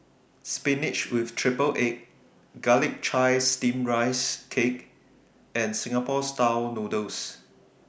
Spinach with Triple Egg Garlic Chives Steamed Rice Cake and Singapore Style Noodles